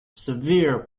severe